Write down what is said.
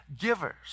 givers